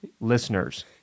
listeners